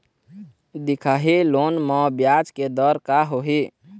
दिखाही लोन म ब्याज के दर का होही?